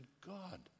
God